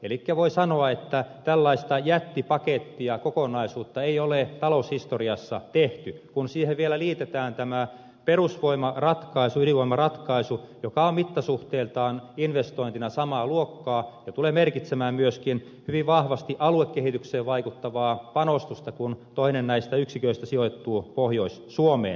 elikkä voi sanoa että tällaista jättipakettia kokonaisuutta ei ole taloushistoriassa tehty kun siihen vielä liitetään tämä perusvoimaratkaisu ydinvoimaratkaisu joka on mittasuhteiltaan investointina samaa luokkaa ja tulee merkitsemään myöskin hyvin vahvasti aluekehitykseen vaikuttavaa pa nostusta kun toinen näistä yksiköistä sijoittuu pohjois suomeen